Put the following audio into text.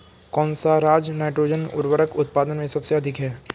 कौन सा राज नाइट्रोजन उर्वरक उत्पादन में सबसे अधिक है?